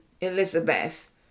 Elizabeth